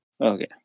Okay